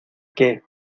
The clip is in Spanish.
que